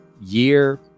year